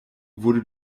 wurde